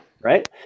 right